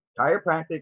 Chiropractic